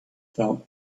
fell